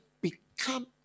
Become